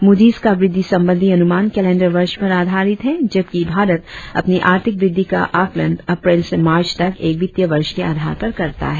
Moody's का वृद्धि संबंधी अनुमान केलेंडर वर्ष पर आधारित है जबकि भारत अपनी आर्थिक वृद्धि का आकलन अप्रैल से मार्च तक एक वित्तीय वर्ष के आधार पर करता है